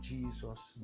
Jesus